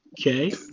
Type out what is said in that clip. Okay